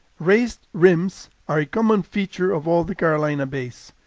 raised rims are a common feature of all the carolina bays.